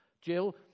Jill